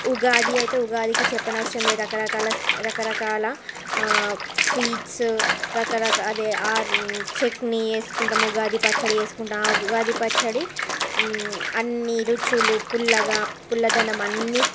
ఉగాది అయితే ఉగాదికి చెప్పనవసరం లేదు రకరకాల రకరకాల స్వీట్స్ రకరకాల అదే చట్ని వేసుకుంటాము ఉగాది పచ్చడి వేసుకుంటాము ఆ ఉగాది పచ్చడి అన్నీ రుచులు పుల్లగా పుల్లదనం అన్నీ